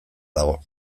dago